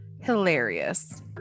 Hilarious